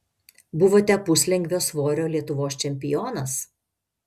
buvote puslengvio svorio lietuvos čempionas